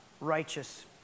righteous